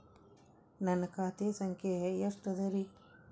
ನನ್ನ ಖಾತೆ ಸಂಖ್ಯೆ ಎಷ್ಟ ಅದರಿ?